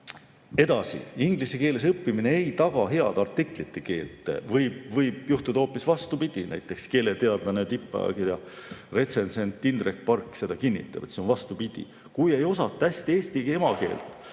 Edasi, inglise keeles õppimine ei taga head artiklite keelt. Võib juhtuda hoopis vastupidi, näiteks keeleteadlane, tippajakirja retsensent Indrek Park kinnitab, et see on vastupidi. Kui ei osata hästi emakeelt,